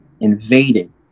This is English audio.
invaded